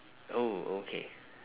oh okay